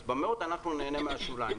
אז במאות אנחנו נהנה מהשוליים.